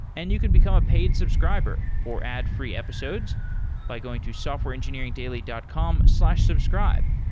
and you could become a paid subscriber for ad-free episodes by going to softwareengineeringdaily dot com slash subscribe.